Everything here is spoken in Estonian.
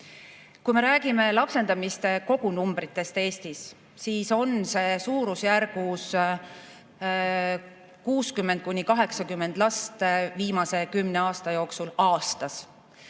Kui me räägime lapsendamise kogunumbritest Eestis, siis on see suurusjärgus 60–80 last viimase kümne aasta jooksul aastas.